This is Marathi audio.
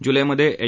जुलैमधे एच